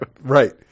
right